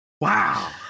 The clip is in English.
Wow